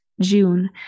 June